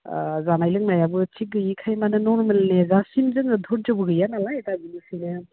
जानाय लोंनायाबो थिख गैयिखाय माने नर्मेल नेजासिम माने धर्ज्यबो गैया नालाय दा बेनिखायनो